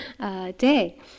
day